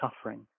suffering